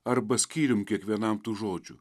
arba skyrium kiekvienam tų žodžių